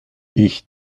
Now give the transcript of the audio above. ich